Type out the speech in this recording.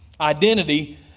Identity